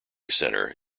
centre